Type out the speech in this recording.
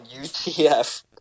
UTF